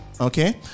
okay